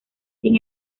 sin